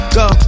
go